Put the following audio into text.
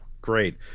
great